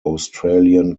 australian